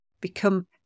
become